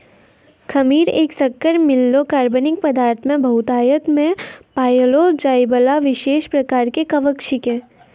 खमीर एक शक्कर मिललो कार्बनिक पदार्थ मे बहुतायत मे पाएलो जाइबला विशेष प्रकार के कवक छिकै